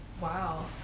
Wow